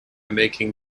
making